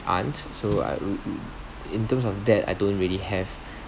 aunt so I in terms of that I don't really have